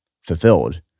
fulfilled